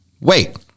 wait